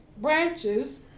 branches